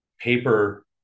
paper